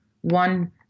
one